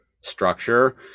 structure